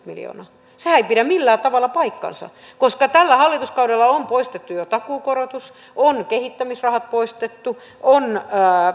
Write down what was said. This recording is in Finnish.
miljoonaa sehän ei pidä millään tavalla paikkaansa koska tällä hallituskaudella on poistettu jo takuukorotus kehittämisrahat on poistettu